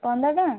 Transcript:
ତୁମ ଗାଁ